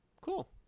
Cool